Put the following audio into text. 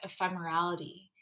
ephemerality